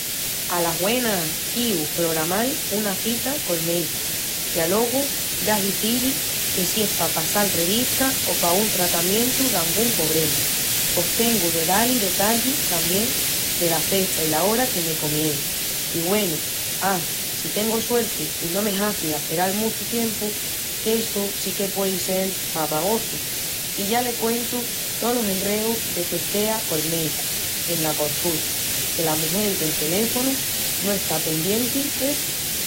Alas güenas! Quiu pogramal una cita col meicu! I alogu ya izí-li qu si es pa passal revista o pa un tratamientu d'angún pobrema. Pos tengu de da-li detallis tamién dela fecha i la ora que me comieni. I güenu, á si tengu suerti i no me hazi d'asperal muchu tiempu qu'essu si que puei sel farragosu. I ya le cuentu tolos enreus deque estea col méicu ena consulta que la mugel del teléfonu no está pendienti d'essu.